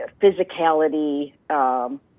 physicality